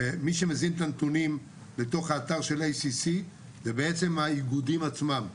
ומי שמזין את הנתונים בתוך האתר זה בעצם האיגודים עצמם.